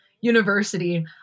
university